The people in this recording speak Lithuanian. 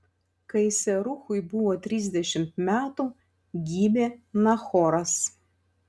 kai seruchui buvo trisdešimt metų gimė nachoras